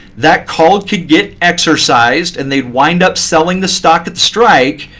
that called could get exercised. and they'd wind up selling the stock at the strike,